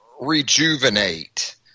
Rejuvenate